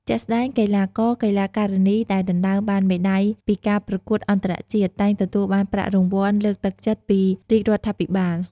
ជាក់ស្តែង កីឡាករ-កីឡាការិនីដែលដណ្តើមបានមេដាយពីការប្រកួតអន្តរជាតិ តែងទទួលបានប្រាក់រង្វាន់លើកទឹកចិត្តពីរាជរដ្ឋាភិបាល។